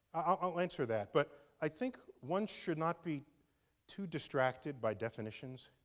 i'll answer that, but i think one should not be too distracted by definitions.